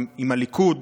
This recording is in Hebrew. עם הליכוד,